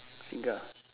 single